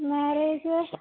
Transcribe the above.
marriage